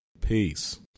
Peace